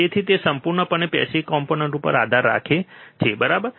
તેથી તે સંપૂર્ણપણે પેસીવ કોમ્પોનન્ટ ઉપર આધાર રાખે છે બરાબર